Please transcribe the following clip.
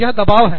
यह दबाव है